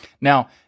Now